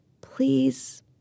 please